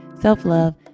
self-love